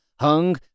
hung